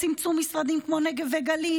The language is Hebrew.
צמצום משרדים כמו נגב וגליל,